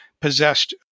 possessed